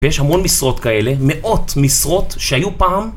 ויש המון משרות כאלה, מאות משרות שהיו פעם